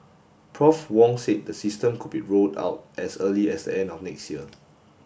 Prof Wong said the system could be rolled out as early as the end of next year